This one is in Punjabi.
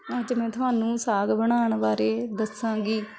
ਅੱਜ ਮੈਂ ਤੁਹਾਨੂੰ ਸਾਗ ਬਣਾਉਣ ਬਾਰੇ ਦੱਸਾਂਗੀ